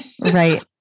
Right